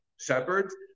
shepherds